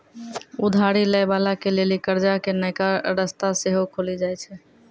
उधारी लै बाला के लेली कर्जा के नयका रस्ता सेहो खुलि जाय छै